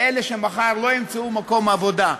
לאלה שמחר לא ימצאו מקום עבודה.